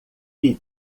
lhe